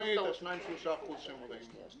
תכף תשמעי את ה-2%-3% שהם אומרים.